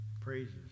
praises